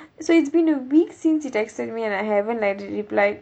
so it's been a week since he texted me and I haven't like replied